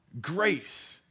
Grace